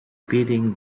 building